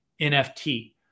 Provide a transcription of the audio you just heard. NFT